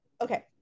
okay